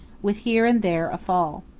with here and there a fall.